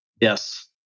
Yes